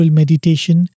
meditation